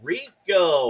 Rico